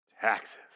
Taxes